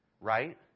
Right